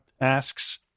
Asks